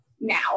now